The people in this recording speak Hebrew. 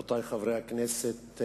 רבותי חברי הכנסת,